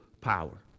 power